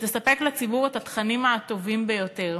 שתספק לציבור את התכנים הטובים ביותר.